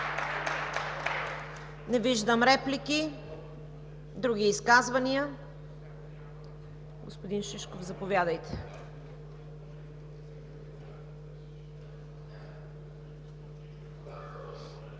Не виждам. Други изказвания? Господин Шишков, заповядайте.